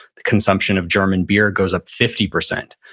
consumption of german beer goes up fifty percent.